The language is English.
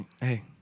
Hey